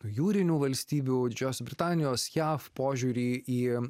jūrinių valstybių didžiosios britanijos jav požiūrį į